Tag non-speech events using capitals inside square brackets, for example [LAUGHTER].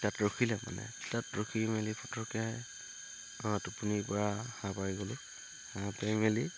তাত ৰখিলে মানে তাত [UNINTELLIGIBLE] পৰা সাৰ পাই গ'লোঁ সাৰ পাই মেলি